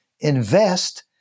invest